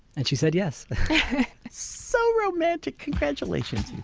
and she said yes so romantic. congratulations